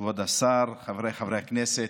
כבוד השר, חבריי חברי הכנסת,